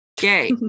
gay